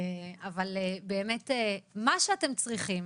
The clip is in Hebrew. אבל באמת, מה שאתם צריכים,